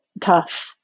tough